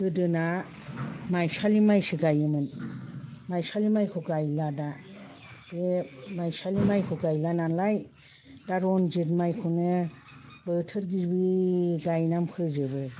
गोदोना माइसालि माइसो गायोमोन माइसालि माइखौ गायला दा बे माइसालि माइखौ गायला नालाय दा रनजित माइखौनो बोथोर गिबि गायनानै फोजोबो